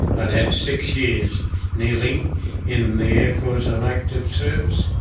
i'd had six years nearly in the air force on active service,